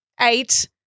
eight